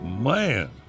Man